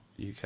UK